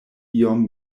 iom